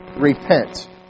repent